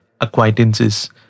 acquaintances